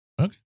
okay